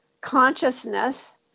consciousness